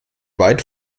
weit